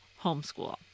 homeschool